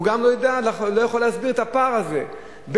והוא לא יכול להסביר את הפער הזה בין